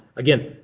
again,